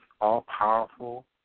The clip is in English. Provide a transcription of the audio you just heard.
all-powerful